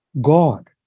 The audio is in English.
God